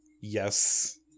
Yes